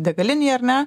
degalinei ar ne